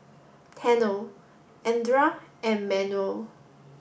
Tanner Andra and Manuel